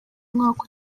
mwaka